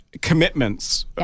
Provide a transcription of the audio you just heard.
commitments